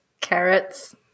carrots